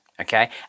Okay